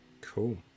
cool